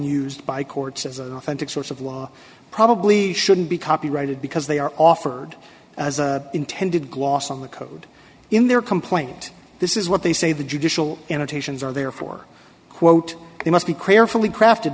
used by courts as an authentic source of law probably shouldn't be copyrighted because they are offered as intended gloss on the code in their complaint this is what they say the judicial annotations are there for quote they must be clear from the crafted